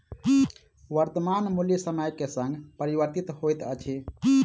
वर्त्तमान मूल्य समय के संग परिवर्तित होइत अछि